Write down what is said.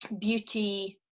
beauty